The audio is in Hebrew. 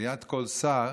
ליד כל שר,